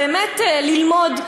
באמת ללמוד,